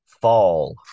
Fall